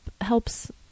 helps